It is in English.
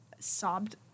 sobbed